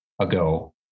ago